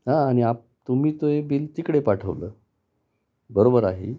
हा आणि आप तुम्ही तो हे बिल तिकडे पाठवलंत बरोबर आहे